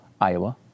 Iowa